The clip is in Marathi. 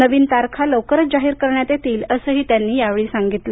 नवीन तारखा प लवकरच जाहीर करण्यात येतील असंही त्यांनी या वेळी सांगितलं